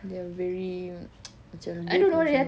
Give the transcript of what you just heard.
they are very macam rude macam tu